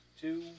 two